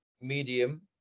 medium